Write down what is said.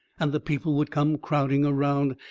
and the people would come crowding around,